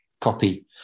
copy